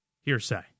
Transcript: hearsay